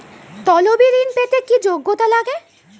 তলবি ঋন পেতে কি যোগ্যতা লাগে?